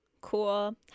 Cool